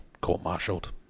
court-martialed